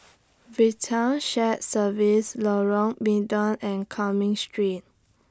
Vital Shared Services Lorong Mydin and Cumming Street